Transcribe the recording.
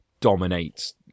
dominates